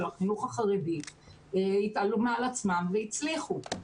החינוך החרדי התעלו מעל עצמם והצליחו.